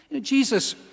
Jesus